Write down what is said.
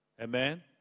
Amen